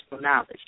knowledge